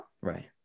Right